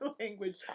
language